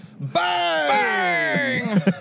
bang